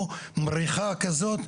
או מריחה כזאת,